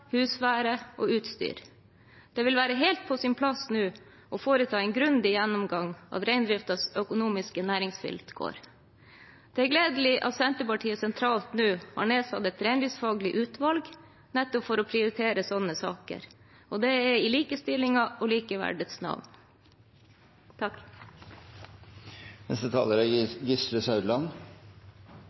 husvære og utstyr. Det vil være helt på sin plass nå å foreta en grundig gjennomgang av reindriftens økonomiske næringsvilkår. Det er gledelig at Senterpartiet sentralt nå har nedsatt et reindriftsfaglig utvalg nettopp for å prioritere sånne saker. Det er i likestillingens og likeverdets navn. Det ser ut til at vi til neste